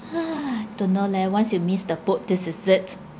!hais! don't know leh once you miss the boat this is it